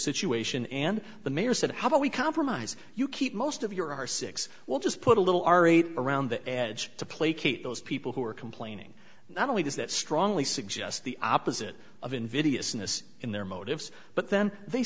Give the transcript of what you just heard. situation and the mayor said how about we compromise you keep most of your r six we'll just put a little r eight around the edge to placate those people who are complaining not only does that strongly suggest the opposite of invidious in this in their motives but then they